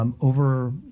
Over